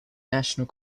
national